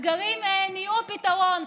הסגרים נהיו הפתרון.